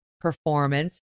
performance